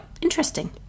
interesting